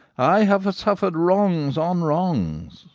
i have suffered wrongs on wrongs.